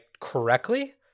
correctly